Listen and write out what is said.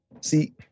See